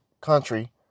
country